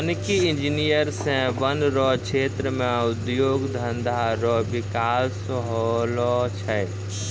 वानिकी इंजीनियर से वन रो क्षेत्र मे उद्योग धंधा रो बिकास होलो छै